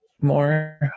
more